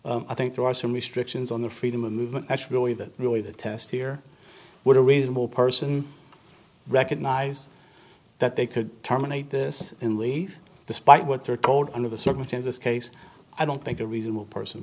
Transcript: here i think there are some restrictions on the freedom of movement really that really the test here would a reasonable person recognize that they could terminate this and leave despite what they're told under the circumstances case i don't think a reasonable person